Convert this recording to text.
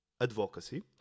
advocacy